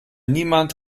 niemand